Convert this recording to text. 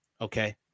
Okay